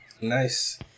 Nice